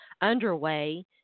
underway